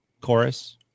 chorus